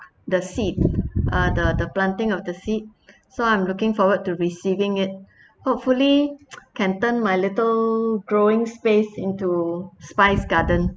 the seed uh the the planting of the seed so I'm looking forward to receiving it hopefully can turn my little growing space into spice garden